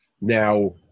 Now